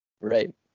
right